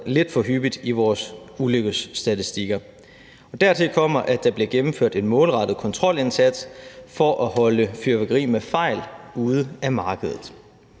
lidt for hyppigt i vores ulykkesstatistikker. Dertil kommer, at der bliver gennemført en målrettet kontrolindsats for at holde fyrværkeri med fejl ude af markedet.